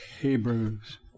Hebrews